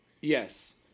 Yes